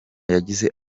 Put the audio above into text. yagize